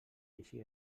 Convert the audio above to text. així